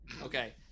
Okay